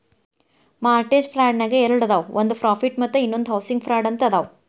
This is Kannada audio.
ಮಾರ್ಟೆಜ ಫ್ರಾಡ್ನ್ಯಾಗ ಎರಡದಾವ ಒಂದ್ ಪ್ರಾಫಿಟ್ ಮತ್ತ ಇನ್ನೊಂದ್ ಹೌಸಿಂಗ್ ಫ್ರಾಡ್ ಅಂತ ಅದಾವ